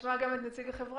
נשמע גם את נציג החברה,